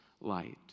light